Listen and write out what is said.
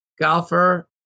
golfer